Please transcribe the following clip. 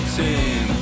team